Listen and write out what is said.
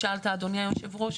שאלת אדוני יושב הראש.